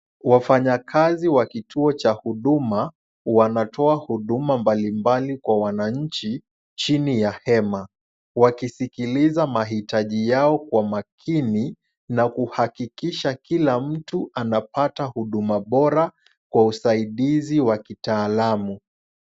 Wafanyakazi wa kituo cha huduma, wanatoa huduma mbalimbali kwa wananchi chini ya hema, wakisikiliza mahitaji yao kwa makini, na kuhakikisha kila mtu anapata huduma bora kwa usaidizi wa kitaalamu.